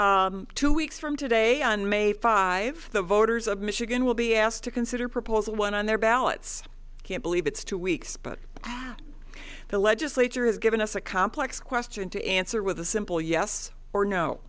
president two weeks from today on may five the voters of michigan will be asked to consider proposal one on their ballots can't believe it's two weeks but the legislature has given us a complex question to answer with a simple yes or no